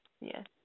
Yes